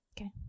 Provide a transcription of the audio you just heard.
Okay